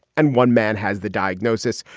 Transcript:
and one man has the diagnosis.